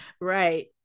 right